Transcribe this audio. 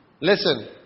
Listen